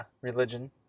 religion